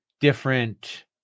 different